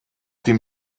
dem